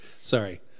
Sorry